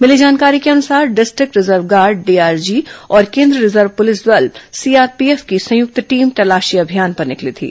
मिली जानकारी के अनुसार डिस्ट्रिक्ट रिजर्व गार्ड डीआरजी और केंद्रीय रिजर्व पुलिस बल सीआरपीएफ की संयुक्त टीम तलाशी अभियान पर निकली थी